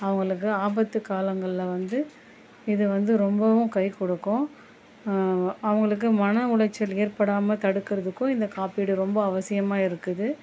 அவங்களுக்கு ஆபத்து காலங்களில் வந்து இது வந்து ரொம்பவும் கை கொடுக்கும் அவங்களுக்கு மன உளைச்சல் ஏற்படாமல் தடுக்கிறதுக்கும் இந்த காப்பீடு ரொம்ப அவசியமாக இருக்குது